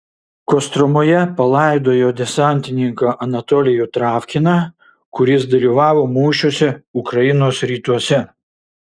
kostromoje palaidojo desantininką anatolijų travkiną kuris dalyvavo mūšiuose ukrainos rytuose